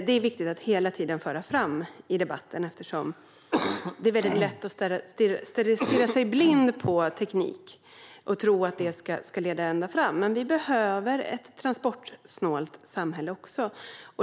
Det är viktigt att hela tiden föra fram detta i debatten eftersom det är lätt att stirra sig blind på teknik och tro att det ska leda ända fram, men vi behöver ett transportsnålt samhälle också.